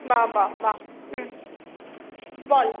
বা বা বাহ হুম বল